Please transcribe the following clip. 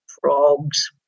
frogs